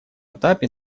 этапе